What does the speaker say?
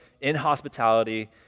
inhospitality